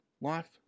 life